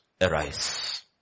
Arise